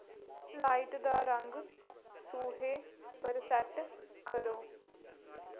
light दा रंग सूहे पर सैट्ट करो